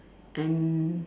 and